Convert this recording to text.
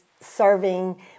serving